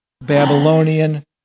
Babylonian